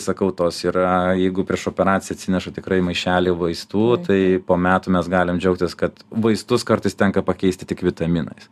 sakau tos yra jeigu prieš operaciją atsineša tikrai maišelį vaistų tai po metų mes galim džiaugtis kad vaistus kartais tenka pakeisti tik vitaminais